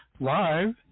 live